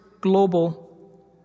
global